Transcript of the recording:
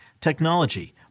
technology